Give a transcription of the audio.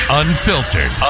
unfiltered